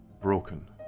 broken